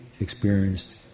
experienced